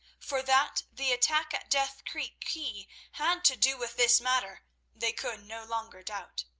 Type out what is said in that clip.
for that the attack at death creek quay had to do with this matter they could no longer doubt.